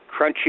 crunchy